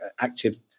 active